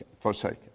forsaken